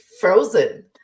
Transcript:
frozen